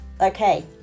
okay